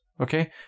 okay